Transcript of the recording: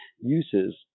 uses